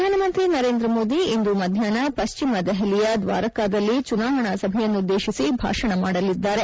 ಪ್ರಧಾನಮಂತ್ರಿ ನರೇಂದ್ರ ಮೋದಿ ಇಂದು ಮಧ್ಯಾಹ್ನ ಪಶ್ಚಿಮ ದೆಹಲಿಯ ದ್ವಾರಕಾದಲ್ಲಿ ಚುನಾವಣಾ ಸಭೆಯನ್ನುದ್ದೇಶಿಸಿ ಭಾಷಣ ಮಾದಲಿದ್ದಾರೆ